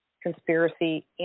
conspiracy